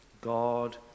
God